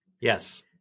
Yes